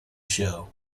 show